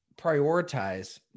prioritize